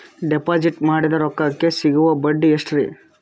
Deposit ಮಾಡಿದ ರೊಕ್ಕಕೆ ಸಿಗುವ ಬಡ್ಡಿ ಎಷ್ಟ್ರೀ?